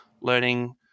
learning